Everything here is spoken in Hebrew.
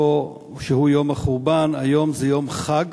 שהוא יום החורבן, היום זה יום חג